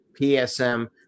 PSM